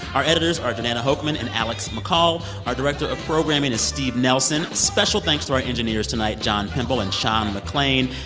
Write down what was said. our editors are jordana hochman and alex mccall. our director of programming is steve nelson. special thanks to our engineers tonight, john pemble and sean mcclain.